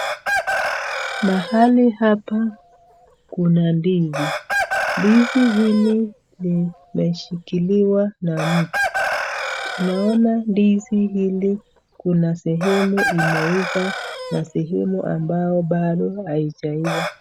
Mahali hapa kuna ndizi. Ndizi hili limeshikiliwa na mtu. Tunaona ndizi hili kuna sehemu imeiva na sehemu ambao bado haijaiva.